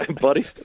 buddy